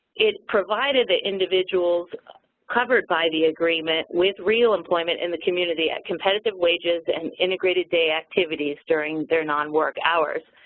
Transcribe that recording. it provided the individuals covered by the agreement with real employment in the community at competitive wages and integrated day activities during their nonwork hours.